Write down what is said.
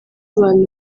abantu